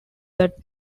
that